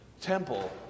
temple